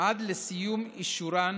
עד לסיום אישורן